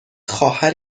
خواهر